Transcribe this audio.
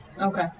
Okay